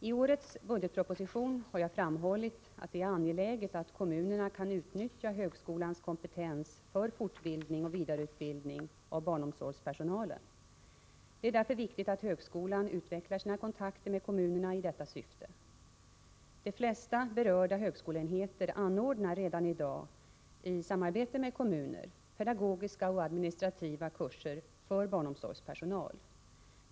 I årets budgetproposition har jag framhållit att det är angeläget att kommunerna kan utnyttja högskolans kompetens för fortbildningen och vidareutbildning av barnomsorgspersonalen. Därför är det viktigt att högskolan utvecklar sina kontakter med kommunerna i detta syfte. De flesta berörda högskoleenheter anordnar redan i dag, i samarbete med kommuner, pedagogiska och administrativa kurser för barnomsorgspersonal.